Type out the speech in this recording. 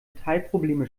teilprobleme